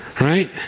Right